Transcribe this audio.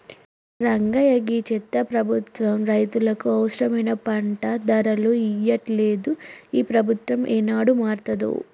రంగయ్య గీ చెత్త ప్రభుత్వం రైతులకు అవసరమైన పంట ధరలు ఇయ్యట్లలేదు, ఈ ప్రభుత్వం ఏనాడు మారతాదో